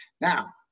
Now